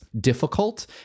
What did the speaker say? difficult